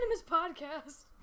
podcast